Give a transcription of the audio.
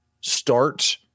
start